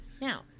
Now